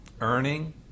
earning